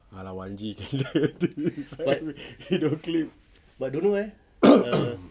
!alah! wan G can edit video clip